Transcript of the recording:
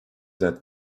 that